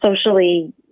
socially